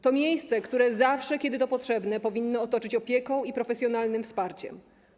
To miejsce, które zawsze, kiedy to potrzebne, powinno otoczyć opieką i profesjonalnym wsparciem.